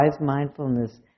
mindfulness